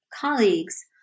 colleagues